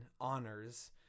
honors